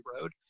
road